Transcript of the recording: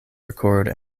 record